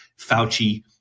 Fauci